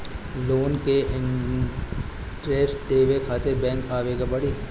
Loan के interest देवे खातिर बैंक आवे के पड़ी?